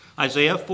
Isaiah